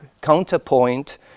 counterpoint